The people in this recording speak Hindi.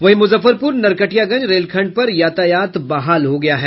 वहीं मुजफ्फरपुर नरकटियागंज रेलखंड पर यातायात बहाल हो गया है